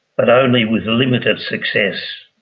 but only with limited success.